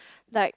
like